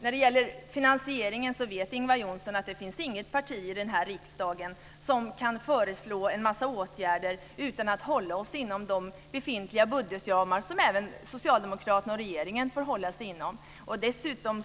När det gäller finansieringen vet Ingvar Johnsson att det finns inget parti i riksdagen som kan föreslå en mängd åtgärder utan att hålla sig inom de befintliga budgetramarna - som även socialdemokraterna och regeringen får hålla sig inom. Dessutom